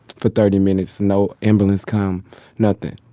for thirty minutes, no ambulance come nothing.